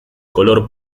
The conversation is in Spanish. color